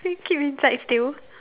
keep inside still